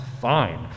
fine